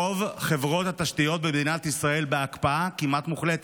רוב חברות התשתיות במדינת ישראל בהקפאה כמעט מוחלטת.